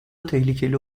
tehlikeli